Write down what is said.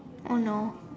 oh no